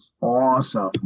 Awesome